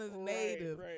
native